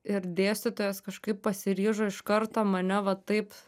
ir dėstytojas kažkaip pasiryžo iš karto mane va taip